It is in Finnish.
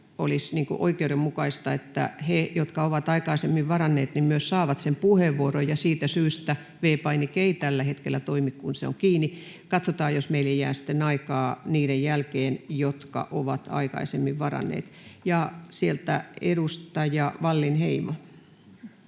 olisi oikeudenmukaista, että he, jotka ovat aikaisemmin varanneet, myös saavat sen puheenvuoron, ja siitä syystä V-painike ei tällä hetkellä toimi, se on kiinni. Katsotaan, jos meille jää aikaa sitten niiden jälkeen, jotka ovat aikaisemmin varanneet. — Ja sieltä edustaja Wallinheimo.